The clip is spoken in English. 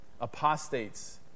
apostates